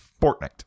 Fortnite